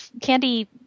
candy